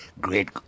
great